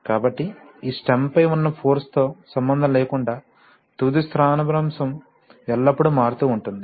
కాబట్టి ఈ స్టెమ్ పై ఉన్న ఫోర్స్ తో సంబంధం లేకుండా తుది స్థానభ్రంశం ఎల్లప్పుడూ మారుతూ ఉంటుంది